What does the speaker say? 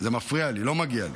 לא מגיע לי.